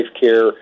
care